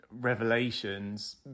revelations